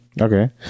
Okay